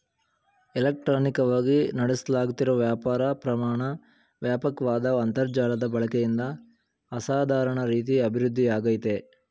ಇಲೆಕ್ಟ್ರಾನಿಕವಾಗಿ ನಡೆಸ್ಲಾಗ್ತಿರೋ ವ್ಯಾಪಾರ ಪ್ರಮಾಣ ವ್ಯಾಪಕ್ವಾದ ಅಂತರ್ಜಾಲದ ಬಳಕೆಯಿಂದ ಅಸಾಧಾರಣ ರೀತಿ ಅಭಿವೃದ್ಧಿಯಾಗಯ್ತೆ